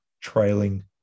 trailing